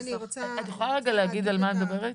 את יכולה רגע להגיד על מה את מדברת?